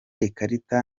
ikarita